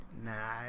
Nah